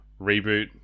reboot